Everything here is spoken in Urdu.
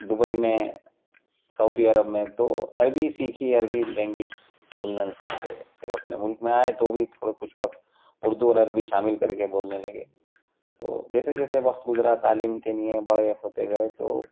دبئی میں سعودی عرب میں تو عربی سیکھی عربی لینگویج بولنے لگے پھر اپنے ملک میں آئے تو بھی تھوڑا کچھ وقت اردو اور عربی شامل کر کے بولنے لگے تو جیسے جیسے وقت گزار تعلیم کے لیے بڑے ہوتے گئے تو